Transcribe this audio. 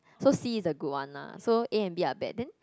so C is the good one lah so A and B are bad then